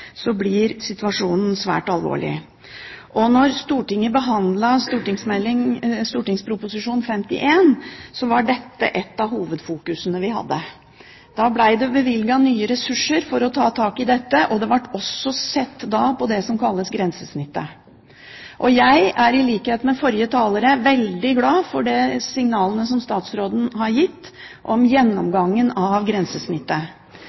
blir situasjonen svært alvorlig. Da Stortinget behandlet St.prp. nr. 51 for 2008–2009, var dette noe av det vi fokuserte mest på. Da ble det bevilget nye ressurser for å ta tak i dette. Det ble også sett på det som kalles grensesnittet. Jeg er, i likhet med tidligere talere, veldig glad for signalene fra statsråden om en gjennomgang av grensesnittet.